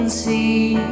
see